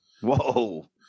Whoa